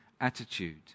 attitude